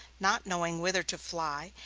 not knowing whither to fly,